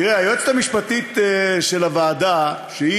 תראה, היועצת המשפטית של הוועדה,